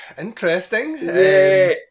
interesting